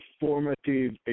informative